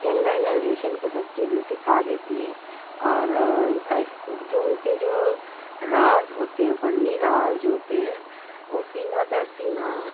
younger generation کو سب چیزیں سکھا دیتی ہیں اور جو ان کے جو راز ہوتے ہیں فنی راز جو ہوتے ہیں وہ سینہ در سینہ